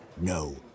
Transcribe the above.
no